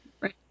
right